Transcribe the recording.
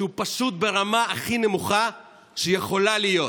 שהוא פשוט ברמה הכי נמוכה שיכולה להיות?